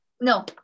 no